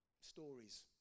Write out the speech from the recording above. stories